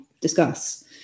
discuss